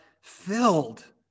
filled